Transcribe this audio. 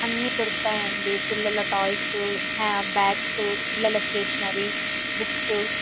అన్నీ దొరుకుతాయండీ పిల్లల టాయ్స్ హా బ్యాగ్స్ పిల్లల స్టేషనరీ బుక్స్